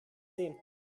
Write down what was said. sehen